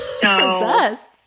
Possessed